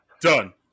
Done